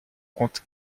compte